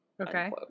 Okay